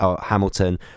Hamilton